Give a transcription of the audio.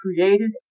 created